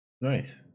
Nice